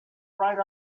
right